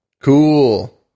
Cool